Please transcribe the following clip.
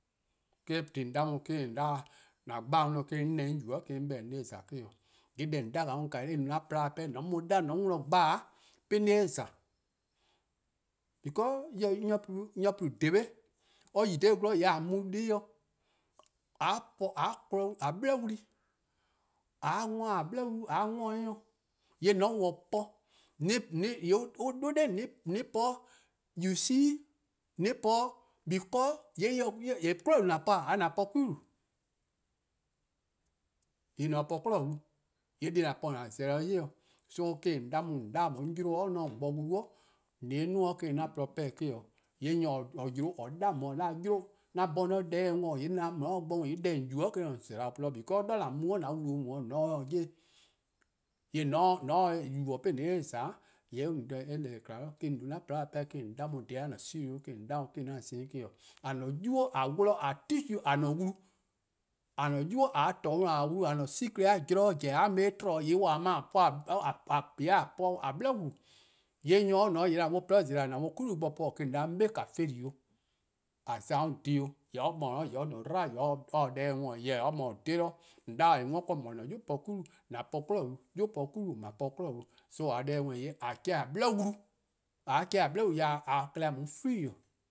Eh-: :korn dhih 'on 'da 'on :an dhele 'on dih 'de 'on :ne 'on yubo-a 'i 'on 'beh-dih 'on 'ye-eh :za eh-: 'o. :yee' deh :on 'da 'on, eh no-a :porluh-a-dih pehn-a :on 'ye 'on dih dhele: 'on 'ye-eh :za. Because nyor-plu: :david, or 'yi dha gwlor :yee' :a mu dih+ dih, :a kpon-a 'bliwlu+, :a 'worn-or :a 'bli-wlu+ dih, :yee' :mor ta-uh po, :yee' on 'da on 'da an po 'de you see, an po 'de because, :yee' 'kwinehbo:-wlu: an po :e, :ae' 'kwi-wlu? :yee' :on :se-' 'kwinehbo-wlu po, :yee' deh :an po-a :an zi-dih 'yli-kwa. So eh-: korn dhih :on 'da 'on :on 'da 'on 'yle 'on 'ye 'de :on bo :wlu 'de 'on 'duo-eh 'an :porluh 'pehn-a dih eh 'o. :yee' nyor :or yi-a 'de 'de :or 'da on :or 'da 'yle 'o 'an 'bhorn 'on 'ye deh-dih worn 'o :yee' :mor :on mu 'de or bo, :yee' deh :on yubo-a eh-: :on 'ye-a :za, because 'de :dha :an mu, 'de :dha an wlu-a mu-a mu :on se 'de yubo:. :yee' :mor :on se-eh yubo: 'de :on 'ye-eh' :za, :yee' eh no dhe :eh :kma 'i. Eh-: :korn dhih eh no 'an :porluh-a dih 'pehn-a, 'de :on 'da 'on :on 'dhu-a 'an ceo 'de :on 'da 'de 'an za-ih. :a-a'a:. nynuu: :a 'wluh-a teach-uh :a-a'a: wlu, :a-a'anynuu: :mor :a torne-uh :a-a'a: wlu, :mor :a-a'a: securete-a zorn zen :mor :a mu-eh dhih 'tmo-' :yee' :a po-a 'bli-wlu: :yee' :mor nyor :ne 'o, or no 'kwi-wlu nyor :yee' an mu-or 'kwi-wlu bo po-', :on 'da 'on 'be :ka fina' 'o, :a za-' dhih 'o, :yee' or :ne 'dlu-dih dua' or :se-' deh-dih worn 'i. Jorwor: or :mor :or 'dhe-a dih :on 'de :or :ne-a 'worn :yee' :mor :korn 'yu-a po 'kwi-wlu, :an po 'kwinehbo-wlu, 'yu-a po 'kwi-wlu, :an po 'kwinehbo-wlu, so :a se-: deh-dih 'worn 'i. A 'nyi-a chean' :a 'bli wlu :mor :a chean' :a bli wlu :yee' :a klehkpeh :a mu free.